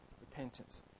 Repentance